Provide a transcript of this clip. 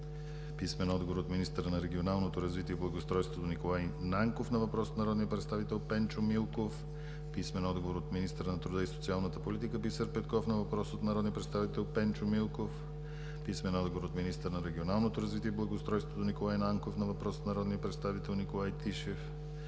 Ахмедов; - министъра на регионалното развитие и благоустройството Николай Нанков на въпрос от народния представител Пенчо Милков; - министъра на труда и социалната политика Бисер Петков на въпрос от народния представител Пенчо Милков; - министъра на регионалното развитие и благоустройството Николай Нанков на въпрос от народния представител Николай Тишев;